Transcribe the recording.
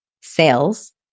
Sales